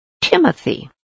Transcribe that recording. Timothy